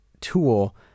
tool